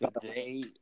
Today